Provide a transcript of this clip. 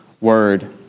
word